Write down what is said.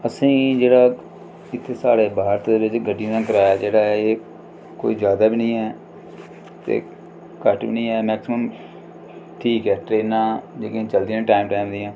असेंगी जेह्ड़ा इत्थें साढ़े बाह्र च जे गड्डियें दा कराया जेह्ड़ा ऐ एह् कोई ज्याद बी नि ऐ ते घट्ट बी नि ऐ मैक्सिमम ठीक ऐ ते इन्ना जेह्कियां चलदियां टाइम टाइम दियां